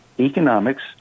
Economics